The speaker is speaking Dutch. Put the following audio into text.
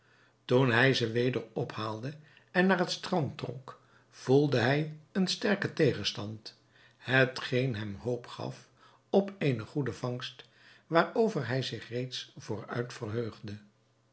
hij ze weder ophaalde en naar het strand trok voelde hij een sterken tegenstand hetgeen hem hoop gaf op eene goede vangst waarover hij zich reeds vooruit verheugde